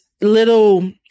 little